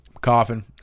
coughing